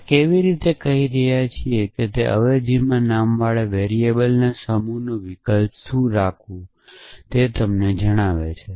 આપણે કેવી રીતે કહી રહ્યા છીએ તે છે કે અવેજીમાં નામવાળી વેરીએબલોના સમૂહનો વિકલ્પ શું રાખવું તે અવેજી તમને જણાવે છે